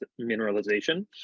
mineralization